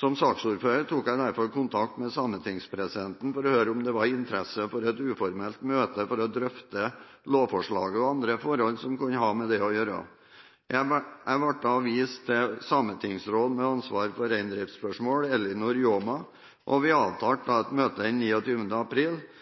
Som saksordfører tok jeg derfor kontakt med sametingspresidenten for å høre om det var interesse for et uformelt møte for å drøfte lovforslaget og andre forhold som kunne ha med det å gjøre. Jeg ble henvist til Ellinor Jåma i Sametingsrådet med ansvar for